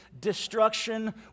destruction